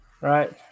right